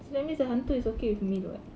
so that means the hantu is okay with male [what]